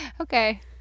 Okay